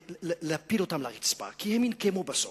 ולהפיל אותן על הרצפה, כי הם ינקמו בסוף.